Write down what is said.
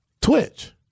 Twitch